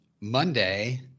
Monday